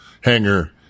hanger